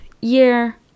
year